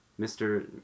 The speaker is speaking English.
mr